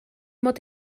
mod